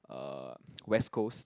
uh West Coast